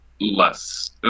less